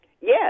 Yes